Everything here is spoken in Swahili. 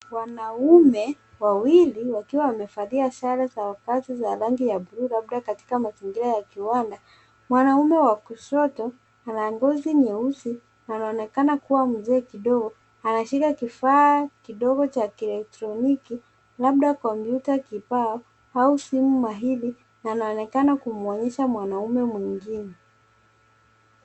Wanaume wawili wakiwa wamevaa sare za rangi ya buluu labda katika mazingira ya kiwanda. Mwanaume wa kushoto ana ngozi nyeusi anaonekana kuwa mzee kidogo. Anashika kifaa cha Kielektroniki labda kompyuta kibao au simu mahiri anaonekana kinaonyesha mwanaume mwingine.